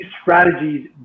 strategies